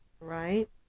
right